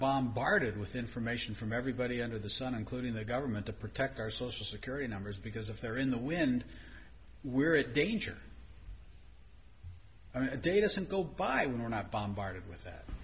bombarded with information from everybody under the sun including the government to protect our social security numbers because if they're in the wind we're at danger dates and go by we're not bombarded